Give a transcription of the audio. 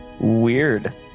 weird